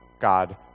God